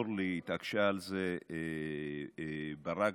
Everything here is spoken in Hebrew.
אורלי התעקשה על זה וקרן ברק,